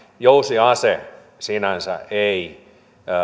jousiase sinänsä ei